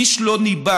איש לא ניבא